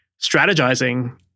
strategizing